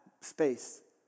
space